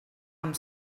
amb